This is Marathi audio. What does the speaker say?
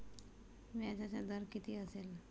व्याजाचा दर किती असेल?